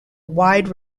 wide